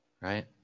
Right